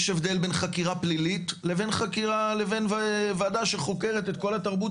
יש הבדל בין חקירה פלילית וועדה שחוקרת את כל התרבות